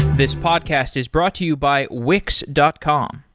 this podcast is brought to you by wix dot com.